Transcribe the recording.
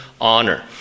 honor